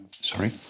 Sorry